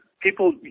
People